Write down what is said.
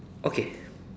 okay